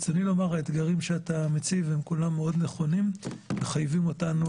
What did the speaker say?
האתגרים שאתה מציב הם כולם מאוד נכונים ומחייבים אותנו